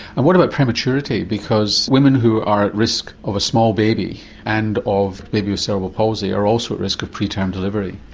and what about prematurity because women who are at risk of a small baby and of a baby with cerebral palsy are also at risk of pre-term delivery?